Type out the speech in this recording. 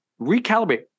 recalibrate